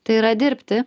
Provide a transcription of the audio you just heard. tai yra dirbti